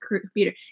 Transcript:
computer